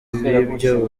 b’ibyo